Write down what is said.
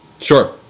sure